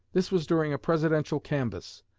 this was during a presidential canvass.